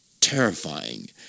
terrifying